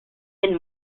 been